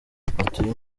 batuye